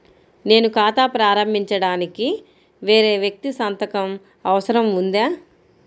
నేను ఖాతా ప్రారంభించటానికి వేరే వ్యక్తి సంతకం అవసరం ఉందా?